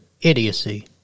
idiocy